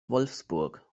wolfsburg